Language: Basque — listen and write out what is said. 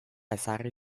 ezarri